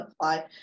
apply